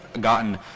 gotten